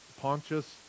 Pontius